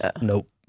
Nope